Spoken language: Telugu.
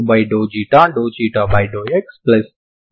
∂x గా వ్రాయవచ్చు